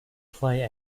play